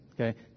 okay